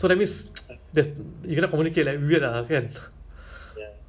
I mean they can do that lah but I think